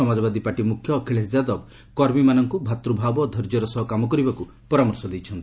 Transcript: Samajwadi party ମୁଖ୍ୟ ଅଖିଳେଶ ଯାଦବ କର୍ମୀମାନଙ୍କୁ ଭାତୂଭାବ ଓ ଧୈର୍ଯ୍ୟର ସହ କାମ କରିବାକୁ ପରାମର୍ଶ ଦେଇଛନ୍ତି